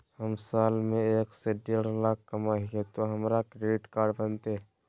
हम साल में एक से देढ लाख कमा हिये तो हमरा क्रेडिट कार्ड बनते?